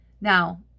now